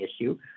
issue